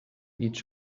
each